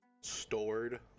stored